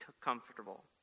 comfortable